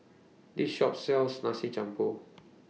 This Shop sells Nasi Campur